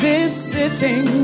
Visiting